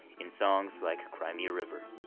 in songs like cry me a river.